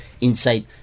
Inside